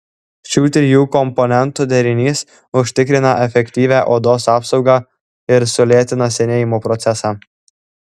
šių trijų komponentų derinys užtikrina efektyvią odos apsaugą ir sulėtina senėjimo procesą